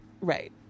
Right